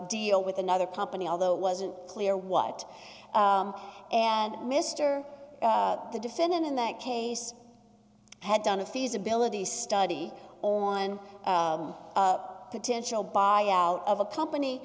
deal with another company although it wasn't clear what and mr the defendant in that case had done a feasibility study or one potential buyout of a company